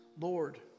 Lord